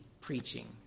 preaching